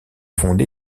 fondé